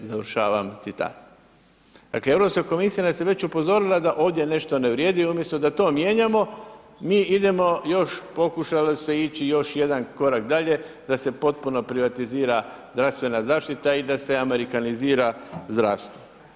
Dakle Europska komisija nas je već upozorila da ovdje nešto ne vrijedi, umjesto da to mijenjamo mi idemo još, pokušalo se ići još jedan korak dalje da se potpuno privatizira zdravstvena zaštita i da se amerikanizira zdravstvo.